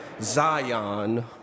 Zion